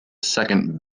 second